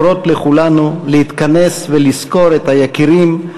הקוראות לכולנו להתכנס ולזכור את היקירים,